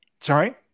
Sorry